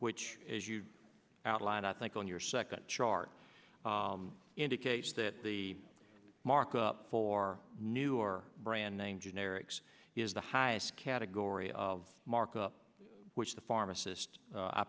which as you outlined i think on your second chart indicates that the markup for new or brand name generics is the highest category of markup which the pharmacist